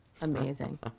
Amazing